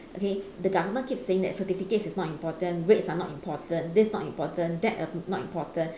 okay the government keep saying that certificates is not important grades are not important this not important that not important